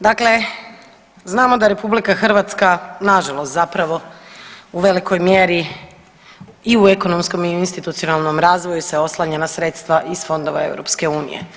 Dakle, znamo da RH nažalost zapravo u velikoj mjeri i u ekonomskom i u institucionalnom razdvoju se oslanja na sredstva iz fondova EU.